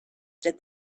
that